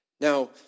Now